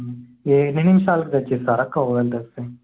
ఎన్ని నిమిషాలకి తెచ్చి ఇస్తారు అక్క ఒకవేళ తెస్తే